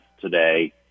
today